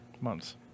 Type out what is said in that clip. Months